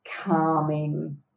calming